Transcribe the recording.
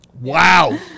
Wow